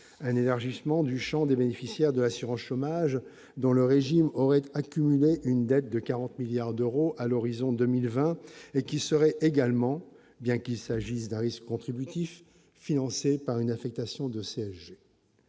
un élargissement du Champ des bénéficiaires de l'assurance chômage dans le régime aurait accumulé une dette de 40 milliards d'euros à l'horizon 2020 et qui seraient également, bien qu'il s'agisse d'Harris contributif, financé par une affectation de CSG,